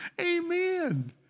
Amen